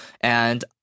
And-